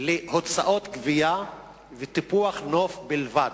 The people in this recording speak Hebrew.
להוצאות גבייה ולטיפוח הנוף בלבד.